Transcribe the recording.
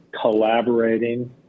collaborating